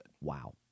Wow